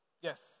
yes